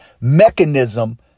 mechanism